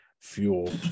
fuel